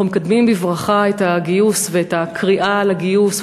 אנחנו מקדמים בברכה את הגיוס ואת הקריאה לגיוס,